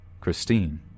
Christine